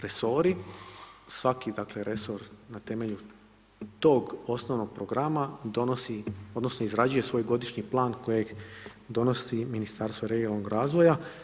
Resori, svaki dakle resor na temelju tog osnovnog programa donosi odnosno izrađuje svoj godišnji plan kojeg donosi Ministarstvo regionalnoga razvoja.